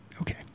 okay